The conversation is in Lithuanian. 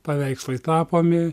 paveikslai tapomi